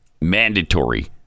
mandatory